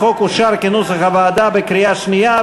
החוק אושר, כנוסח הוועדה, בקריאה שנייה.